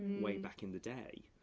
way back in the day.